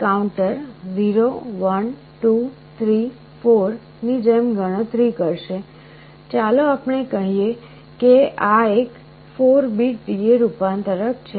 counter 0 1 2 3 4 ની જેમ ગણતરી કરશે ચાલો આપણે કહીએ કે આ એક 4 બીટ DA રૂપાંતરક છે